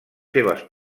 seves